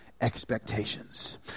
expectations